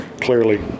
clearly